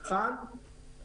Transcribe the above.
למה שצרכן יסבול?